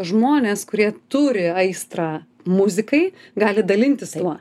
žmonės kurie turi aistrą muzikai gali dalintis tuo